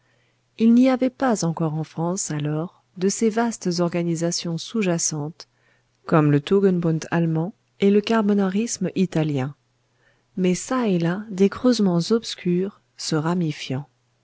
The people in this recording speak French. il n'y avait pas encore en france alors de ces vastes organisations sous jacentes comme le tugendbund allemand et le carbonarisme italien mais çà et là des creusements obscurs se ramifiant